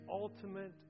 ultimate